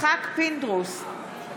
יצחק פינדרוס,